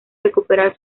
recuperar